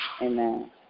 Amen